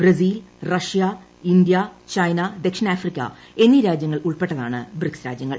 Brazil Russia India China ദക്ഷിണാഫ്രിക്ക എന്നീ രാജ്യങ്ങൾ ഉൾപ്പെട്ടതാണ് ബ്രിക്സ് രാജ്യങ്ങൾ